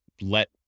let